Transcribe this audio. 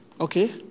Okay